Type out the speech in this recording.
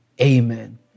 amen